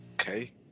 okay